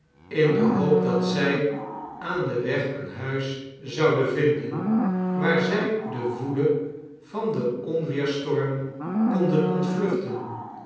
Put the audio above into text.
in de hoop dat zij aan den weg een huis zouden vinden waar zij de woede van den onweersstorm konden ontvluchten